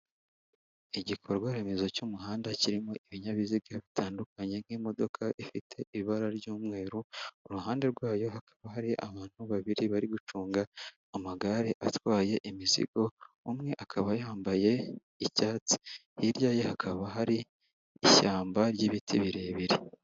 Igikorwa remezo cy'umuhanda kirimo ibinyabiziga bitandukanye nk'imodoka ifite ibara ry'umweru, uruhande rwayo hakaba hari abantu babiri bari gucunga amagare atwaye imizigo, umwe akaba yambaye icyatsi, hirya ye hakaba hari ishyamba ry'ibiti birebire.